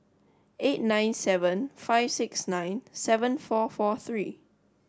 eight nine seven five six nine seven four four three